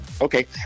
okay